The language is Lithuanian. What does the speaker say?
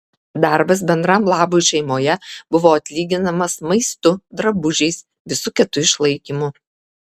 darbas bendram labui šeimoje buvo atlyginamas maistu drabužiais visu kitu išlaikymu